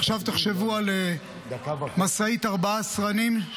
עכשיו תחשבו על משאית ארבעה סרנים,